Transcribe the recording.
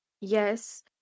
Yes